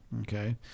Okay